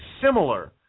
similar